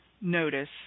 notice